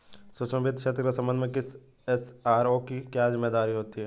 सूक्ष्म वित्त क्षेत्र के संबंध में किसी एस.आर.ओ की क्या जिम्मेदारी होती है?